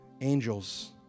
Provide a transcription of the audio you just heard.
angels